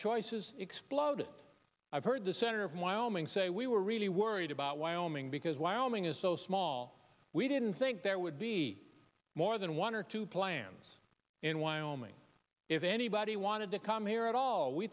choices exploded i've heard the senator from wyoming say we were really worried about wyoming because wyoming is so small we didn't think there would be more than one or two plans in wyoming if anybody wanted to come here at all we